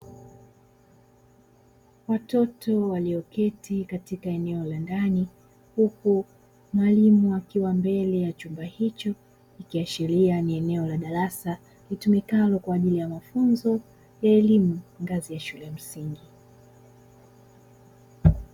Watoto walioketi katika eneo la ndani, huku mwalimu akiwa mbele ya chumba hicho. Ikiashiria ni eneo la darasa litumikalo kwa ajili ya mafunzo ya elimu, ngazi ya shule ya msingi.